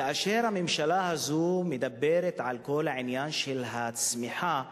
כאשר הממשלה הזו מדברת על כל העניין של הצמיחה,